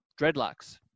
dreadlocks